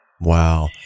Wow